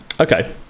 Okay